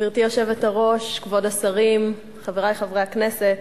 גברתי היושבת-ראש, כבוד השרים, חברי חברי הכנסת,